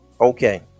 okay